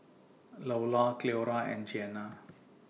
Loula Cleora and Jeana